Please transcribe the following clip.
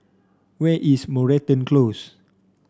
where is Moreton Close